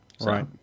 Right